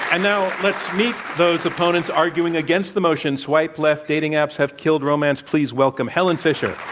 and now let's meet those opponents arguing against the motion, swipe left dating apps have killed romance. please welcome helen fisher.